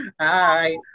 Hi